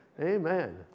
Amen